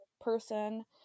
person